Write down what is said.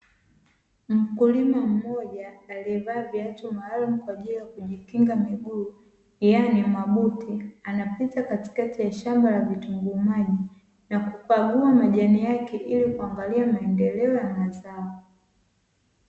Mkulima mmoja aliyevaa viatu maalumu kwa ajili ya kujikinga miguu yaani mabuti, anapita katikati ya shamba la vitunguu maji na kukagua majani yake ili kuangalia maendeleo ya mazao.